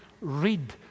read